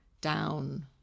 down